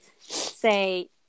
say